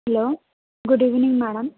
hello good evening madam